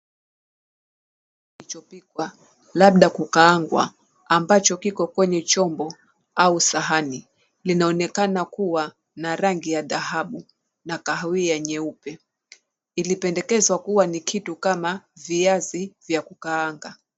Kilichopikwa labda kukaangwa ambacho kiko kwenye chombo au sahani linaonekana kuwa na rangi ya dhahabu na kahawia nyeupe. Ilipendekezwa kuwa ni kitu kama viazi vya kukaanga.